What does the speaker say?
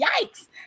yikes